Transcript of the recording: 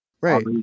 Right